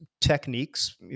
techniques